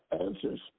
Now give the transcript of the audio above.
answers